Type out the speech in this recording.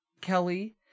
Kelly